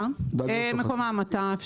מקום ההמתה.